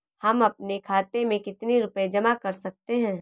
हम अपने खाते में कितनी रूपए जमा कर सकते हैं?